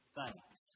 thanks